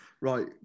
Right